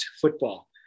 football